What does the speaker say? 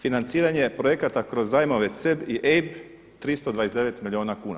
Financiranje projekata kroz zajmove CEB i EIB 329 milijuna kuna.